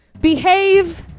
Behave